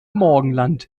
morgenland